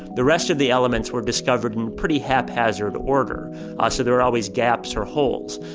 the rest of the elements were discovered in pretty haphazard order ah so there are always gaps or holes.